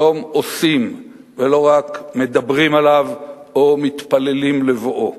שלום עושים ולא רק מדברים עליו או מתפללים לבואו.